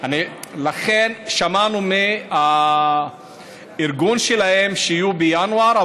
שמענו מהארגון שלהם שיהיו בינואר.